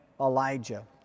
elijah